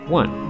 one